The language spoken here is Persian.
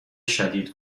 شدید